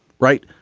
right.